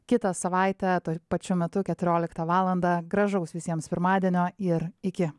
kitą savaitę tokiu pačiu metu keturioliktą valandą gražaus visiems pirmadienio ir iki